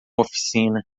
oficina